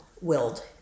willed